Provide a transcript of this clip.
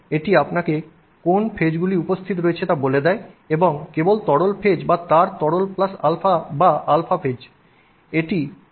সুতরাং এটি আপনাকে কী ধাপগুলি উপস্থিত রয়েছে তা বলে দেয় এটি কেবল তরল ফেজ বা তার তরল প্লাস α বা এর α ফেজ